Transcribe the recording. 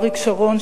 אריק שרון,